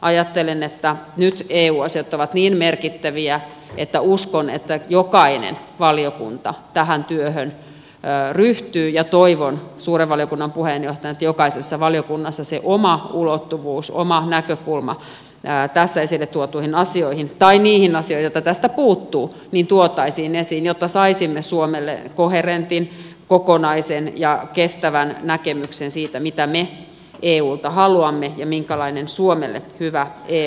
ajattelen että nyt eu asiat ovat niin merkittäviä että uskon että jokainen valiokunta tähän työhön ryhtyy ja toivon suuren valiokunnan puheenjohtajana että jokaisessa valiokunnassa se oma ulottuvuus oma näkökulma tässä esille tuotuihin asioihin tai niihin asioihin joita tästä puuttuu tuotaisiin esiin jotta saisimme suomelle koherentin kokonaisen ja kestävän näkemyksen siitä mitä me eulta haluamme ja minkälainen suomelle hyvä eu olisi